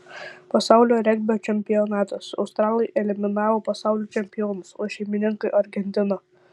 pasaulio regbio čempionatas australai eliminavo pasaulio čempionus o šeimininkai argentiną